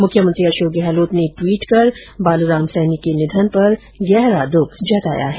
मुख्यमंत्री अशोक गहलोत ने ट्वीट कर बालूराम सैनी के निधन पर गहरा दुख जताया है